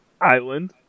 island